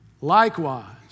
likewise